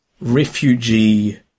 refugee